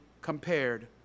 compared